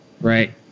right